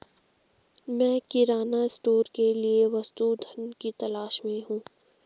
मैं किराना स्टोर के लिए वस्तु धन की तलाश में हूं